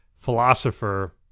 philosopher